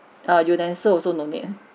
err utensil also no need eh